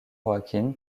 joaquin